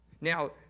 Now